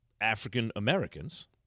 African-Americans